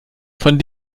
von